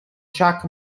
chuck